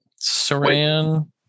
Saran